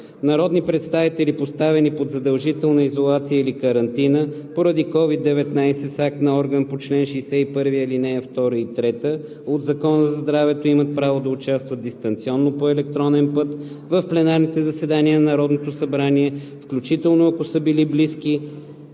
Народни представители, поставени под задължителна изолация или карантина поради COVID-19 с акт на орган по чл. 61, ал. 2 и 3 от Закона за здравето, имат право да участват дистанционно по електронен път в пленарните заседания на Народното събрание, включително ако са близки